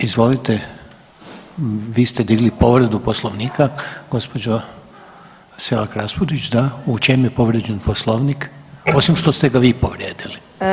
Izvolite, vi ste digli povredu poslovnika gospođo Selak Raspudić da, u čemu je povrijeđen poslovnik osim što ste ga vi povrijedili?